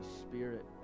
Spirit